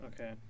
Okay